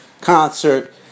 concert